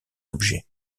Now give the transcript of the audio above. objets